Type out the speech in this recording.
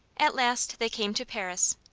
at last they came to paris.